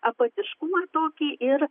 apatiškumą tokį ir